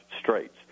straits